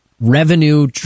revenue